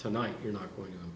tonight you're not going